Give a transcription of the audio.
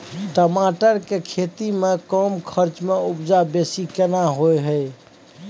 टमाटर के खेती में कम खर्च में उपजा बेसी केना होय है?